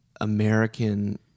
american